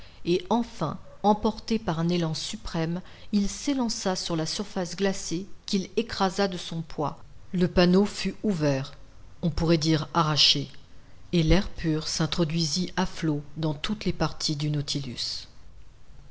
et enfin emporté par un élan suprême il s'élança sur la surface glacée qu'il écrasa de son poids le panneau fut ouvert on pourrait dire arraché et l'air pur s'introduisit à flots dans toutes les parties du nautilus